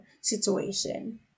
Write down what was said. situation